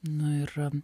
nu ir